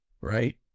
right